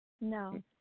no